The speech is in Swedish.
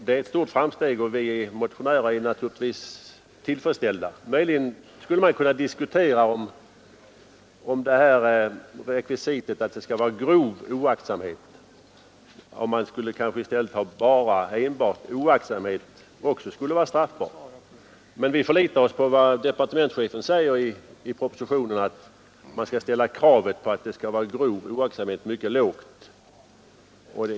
Det är ett stort framsteg, och vi motionärer är naturligtvis tillfredsställda. Möjligen skulle man kunna diskutera om man i stället för straffrekvisitet grov oaktsamhet skulle ha enbart oaktsamhet, men vi förlitar oss på vad departementschefen säger i propositionen om att man skall ställa kravet på grov oaktsamhet mycket lågt.